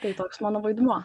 tai toks mano vaidmuo